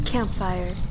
Campfire